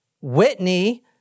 Whitney